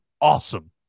awesome